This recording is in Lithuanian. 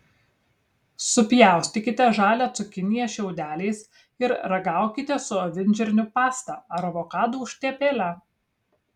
supjaustykite žalią cukiniją šiaudeliais ir ragaukite su avinžirnių pasta ar avokadų užtepėle